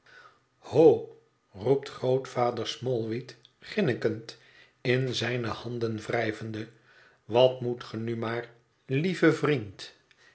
ho roept grootvader smallweed grinnikend in zijne handen wrijvende wat moet ge nu maar lieve vriend